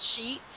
sheet